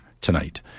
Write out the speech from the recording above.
tonight